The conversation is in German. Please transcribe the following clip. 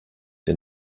der